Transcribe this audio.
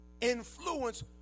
influence